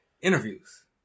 Interviews